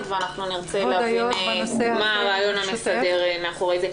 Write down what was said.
ואנחנו נרצה להבין מה הרעיון המסדר מאחוריה.